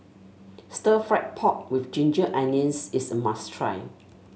Stir Fried Pork with Ginger Onions is a must try